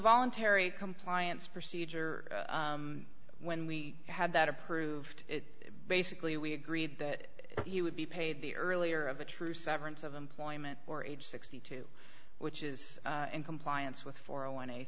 voluntary compliance procedure when we had that approved basically we agreed that he would be paid the earlier of a true severance of employment or age sixty two which is in compliance with for a one